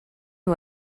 who